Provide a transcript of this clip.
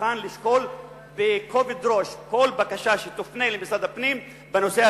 מוכן לשקול בכובד ראש כל בקשה שתופנה למשרד הפנים בנושא הזה,